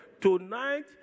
Tonight